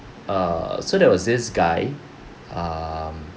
err so there was this guy um